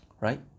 right